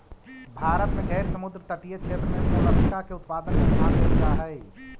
भारत में गैर समुद्र तटीय क्षेत्र में मोलस्का के उत्पादन में ध्यान देल जा हई